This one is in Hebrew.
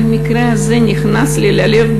אבל המקרה הזה נכנס לי ללב,